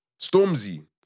Stormzy